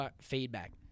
feedback